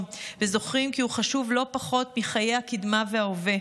וזוכרים כי הוא חשוב לא פחות מחיי הקדמה וההווה.